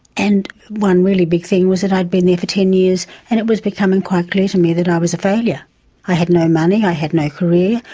and one really big thing was i had been there for ten years and it was becoming quite clear to me that i was a failure i had no money, i had no career,